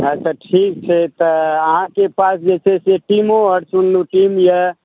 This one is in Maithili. अच्छा ठीक छै तऽ अहाँ के पास जे छै टीमो टीम यऽ